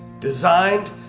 designed